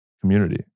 community